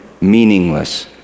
meaningless